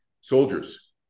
soldiers